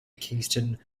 kingston